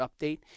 update